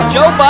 Joe